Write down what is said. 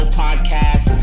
podcast